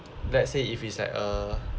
let's say if it's like a